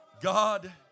God